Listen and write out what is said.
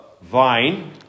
vine